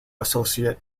associate